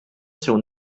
seu